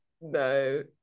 no